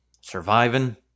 Surviving